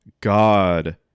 God